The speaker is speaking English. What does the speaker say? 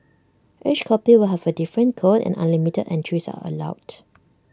each copy will have A different code and unlimited entries are allowed